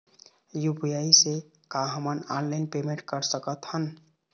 UPI से का हमन ऑनलाइन पेमेंट कर सकत हन?